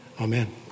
Amen